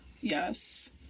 Yes